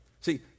See